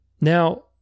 Now